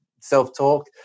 self-talk